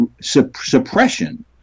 suppression